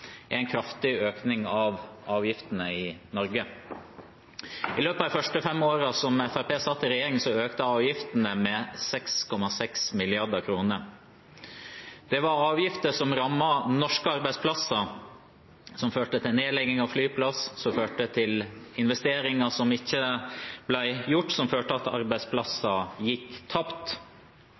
en kraftig økning av avgiftene i Norge. I løpet av de første fem årene som Fremskrittspartiet satt i regjering, økte avgiftene med 6,6 mrd. kr. Det var avgifter som rammet norske arbeidsplasser, som førte til nedlegging av flyplass, som første til investeringer som ikke ble gjort, og som førte til at arbeidsplasser gikk tapt.